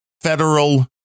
federal